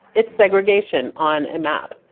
it's segregation on a map.